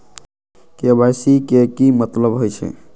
KYC के कि मतलब होइछइ?